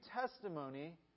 testimony